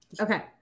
Okay